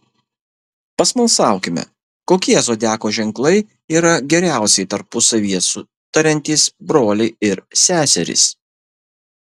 pasmalsaukime kokie zodiako ženklai yra geriausiai tarpusavyje sutariantys broliai ir seserys